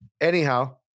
Anyhow